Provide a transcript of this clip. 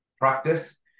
practice